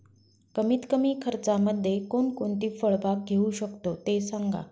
कमीत कमी खर्चामध्ये कोणकोणती फळबाग घेऊ शकतो ते सांगा